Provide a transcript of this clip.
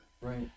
right